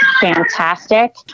fantastic